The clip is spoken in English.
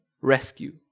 rescue